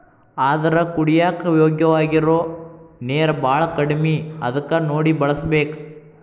ಆದರ ಕುಡಿಯಾಕ ಯೋಗ್ಯವಾಗಿರು ನೇರ ಬಾಳ ಕಡಮಿ ಅದಕ ನೋಡಿ ಬಳಸಬೇಕ